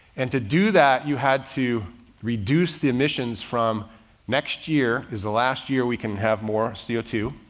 and to do that you had to reduce the emissions from next year is the last year we can have more c o two,